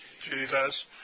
Jesus